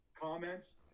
comments